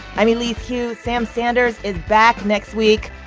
i'm elise hu. sam sanders is back next week.